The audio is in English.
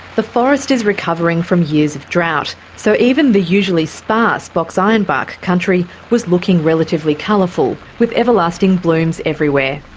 the forest is recovering from years of drought, so even the usually sparse box ironbark country was looking relatively colourful, with everlasting blooms everywhere.